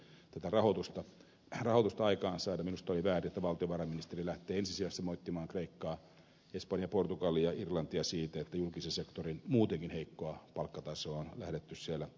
minusta oli väärin että valtiovarainministeri lähtee ensisijaisesti moittimaan kreikkaa espanjaa portugalia irlantia siitä että julkisen sektorin muutenkin heikkoa palkkatasoa on lähdetty siellä